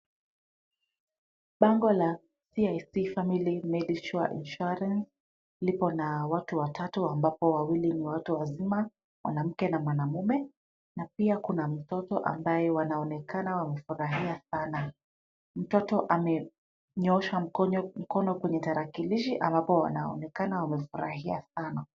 Bango la CIC Familly Medisure Insurance lipo na watu watatu ambapo wawili ni watu wazima, mwanamke na mwanamume na pia kuna mtoto ambaye wanaonekana wamefurahia sana. Mtoto amenyoosha mkono kwenye tarakilishi ambapo wanaonekana wamefurahia sana.